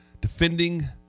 defending